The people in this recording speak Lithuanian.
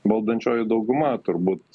valdančioji dauguma turbūt